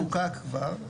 -- חוקק כבר.